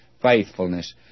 faithfulness